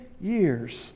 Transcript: years